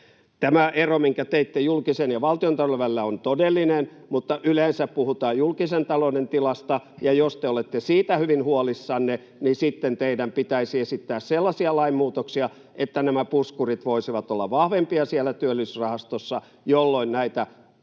Tämä ero, minkä teitte julkisen ja valtiontalouden välillä on todellinen, mutta yleensä puhutaan julkisen talouden tilasta, ja jos te olette siitä hyvin huolissanne, niin sitten teidän pitäisi esittää sellaisia lainmuutoksia, että nämä puskurit voisivat olla vahvempia siellä Työllisyysrahastossa, jolloin näitä